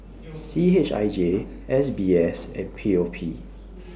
C H I J S B S and P O P